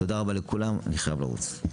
תודה רבה לכולם אני חייב לרוץ.